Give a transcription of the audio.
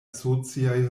sociaj